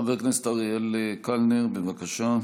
חבר הכנסת אריאל קלנר, בבקשה.